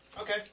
Okay